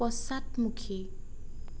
পশ্চাদমুখী